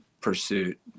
pursuit